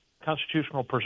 constitutional